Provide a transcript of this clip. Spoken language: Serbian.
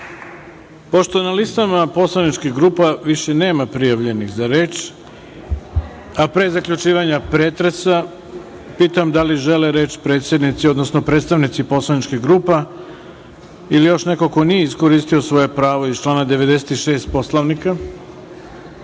na listama poslaničkih grupa više nema prijavljenih za reč, a pre zaključivanja pretresa, pitam da li žele reč predsednici, odnosno, predstavnici poslaničkih grupa ili još neko ko nije iskoristio svoje pravo iz člana 96. Poslovnika?